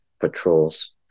patrols